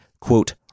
quote